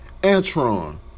Antron